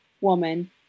woman